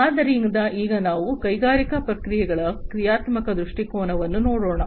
ಆದ್ದರಿಂದ ಈಗ ನಾವು ಕೈಗಾರಿಕಾ ಪ್ರಕ್ರಿಯೆಗಳ ಕ್ರಿಯಾತ್ಮಕ ದೃಷ್ಟಿಕೋನವನ್ನು ನೋಡೋಣ